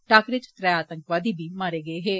टाकरे च त्रै आतंकवादी मारे गे हे